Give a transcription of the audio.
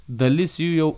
dalis jų jau